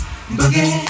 Boogie